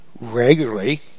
regularly